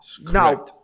now